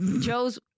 Joe's